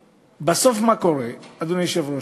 בסוף מה קורה, אדוני היושב-ראש?